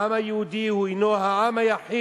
העם היהודי הוא העם היחיד